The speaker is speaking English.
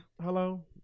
Hello